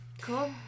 Cool